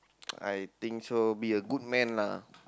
I think so be a good man lah